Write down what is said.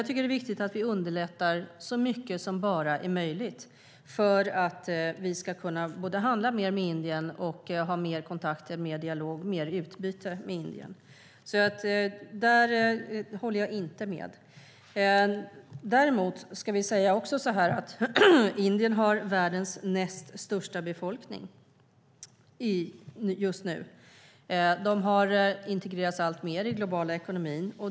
Det är viktigt att vi underlättar så mycket som bara är möjligt för att vi ska kunna både handla mer med Indien och ha mer kontakter, dialog och utbyte med Indien, så där håller jag inte med Jens Holm. Indien har världens näst största befolkning just nu. De har integrerats alltmer i den globala ekonomin.